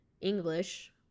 English